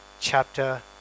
chapter